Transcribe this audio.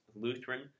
Lutheran